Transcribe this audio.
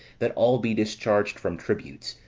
that all be discharged from tributes,